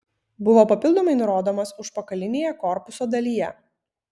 buvo papildomai nurodomas užpakalinėje korpuso dalyje